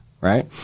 right